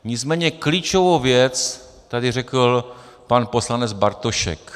Nicméně klíčovou věc tady řekl pan poslanec Bartošek.